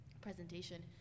presentation